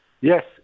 Yes